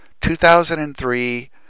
2003